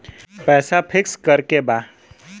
पैसा पिक्स करके बा?